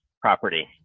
property